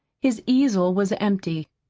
his easel was empty.